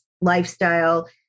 lifestyle